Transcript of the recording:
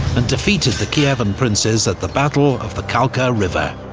and defeated the kievan princes at the battle of the kalka river,